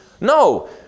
No